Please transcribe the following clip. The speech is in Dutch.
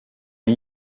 aan